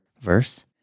verse